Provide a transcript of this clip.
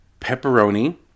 pepperoni